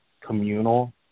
communal